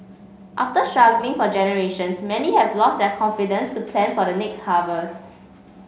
after struggling for generations many have lost their confidence to plan for the next harvest